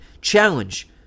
challenge